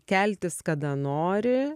keltis kada nori